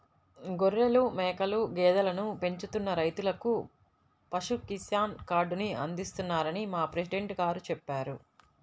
గొర్రెలు, మేకలు, గేదెలను పెంచుతున్న రైతులకు పశు కిసాన్ కార్డుని అందిస్తున్నారని మా ప్రెసిడెంట్ గారు చెప్పారు